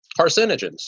carcinogens